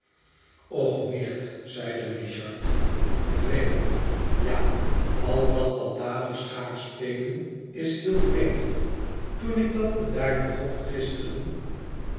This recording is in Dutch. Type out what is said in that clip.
och nicht zeide richard vreemd ja al dat baldadig schaakspelen is heel vreemd toen ik dat bedaarde hof